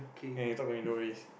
can talk to me no worries